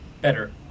Better